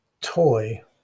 toy